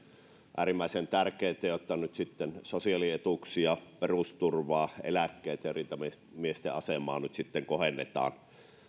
äärimmäisen tärkeätä että sosiaalietuuksia perusturvaa eläkkeitä ja rintamamiesten asemaa nyt kohennetaan